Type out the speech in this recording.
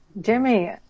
Jimmy